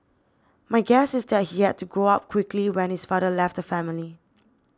my guess is that he had to grow up quickly when his father left the family